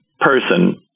person